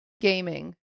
Gaming